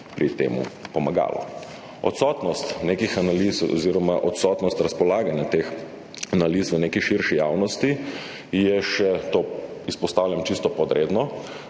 pri tem pomagalo? Odsotnost nekih analiz oziroma odsotnost razpolaganja s temi analizami v neki širši javnosti je, to izpostavljam čisto podredno,